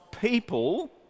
people